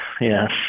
Yes